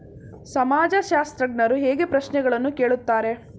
ಸಮಾಜಶಾಸ್ತ್ರಜ್ಞರು ಹೇಗೆ ಪ್ರಶ್ನೆಗಳನ್ನು ಕೇಳುತ್ತಾರೆ?